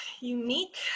Unique